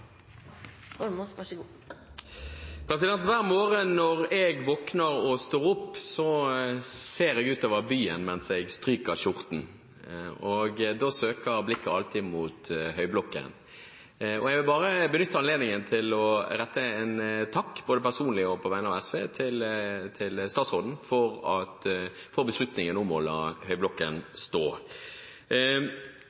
Hver morgen når jeg våkner og står opp, ser jeg ut over byen mens jeg stryker skjorten. Da søker blikket alltid mot Høyblokken. Jeg vil benytte anledningen til å rette en takk, både personlig og på vegne av SV, til statsråden for beslutningen om å la Høyblokken stå.